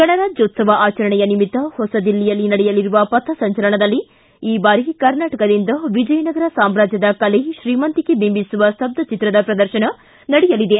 ಗಣರಾಜ್ಯೋತ್ಸವ ಆಚರಣೆಯ ನಿಮಿತ್ತ ಹೊಸದಿಲ್ಲಿಯಲ್ಲಿ ನಡೆಯಲಿರುವ ಪಥಸಂಚಲನದಲ್ಲಿ ಈ ಬಾರಿ ಕರ್ನಾಟಕದಿಂದ ವಿಜಯನಗರ ಸಾಮ್ರಾಜ್ದದ ಕಲೆ ಶ್ರೀಮಂತಿಕೆ ಬಿಂಬಿಸುವ ಸ್ತಬ್ಬಚಿತ್ರದ ಪ್ರದರ್ಶನ ನಡೆಯಲಿದೆ